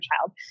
child